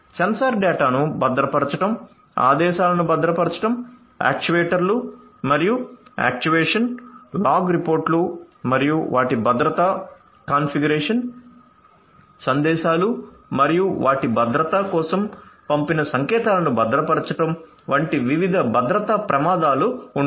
censor డేటాను భద్రపరచడం ఆదేశాలను భద్రపరచడం యాక్చుయేటర్లు మరియు యాక్చుయేషన్ లాగ్ రిపోర్టులు మరియు వాటి భద్రతా కాన్ఫిగరేషన్ సందేశాలు మరియు వాటి భద్రత కోసం పంపిన సంకేతాలను భద్రపరచడం వంటి వివిధ భద్రతా ప్రమాదాలు ఉంటాయి